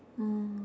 mm